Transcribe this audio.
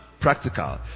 practical